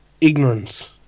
ignorance